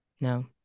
no